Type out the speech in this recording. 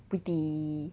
so pretty